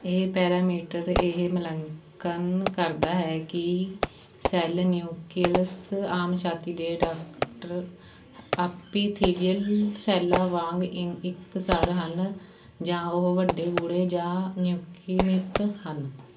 ਇਹ ਪੈਰਾਮੀਟਰ ਇਹ ਮੁਲਾਂਕਣ ਕਰਦਾ ਹੈ ਕਿ ਸੈੱਲ ਨਿਊਕਲੀਅਸ ਆਮ ਛਾਤੀ ਦੇ ਡਕਟ ਆਪੀਥੀਲੀਅਲ ਸੈੱਲਾਂ ਵਾਂਗ ੲੰਨ ਇਕਸਾਰ ਹਨ ਜਾਂ ਉਹ ਵੱਡੇ ਗੂੜ੍ਹੇ ਜਾਂ ਅਨਿਊਕੀਮਿਤ ਹਨ